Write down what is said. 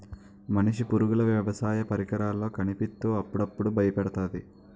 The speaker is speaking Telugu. మనిషి పరుగులు వ్యవసాయ పరికరాల్లో కనిపిత్తు అప్పుడప్పుడు బయపెడతాది